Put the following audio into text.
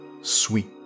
sweet